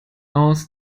aus